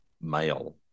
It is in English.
male